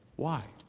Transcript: why?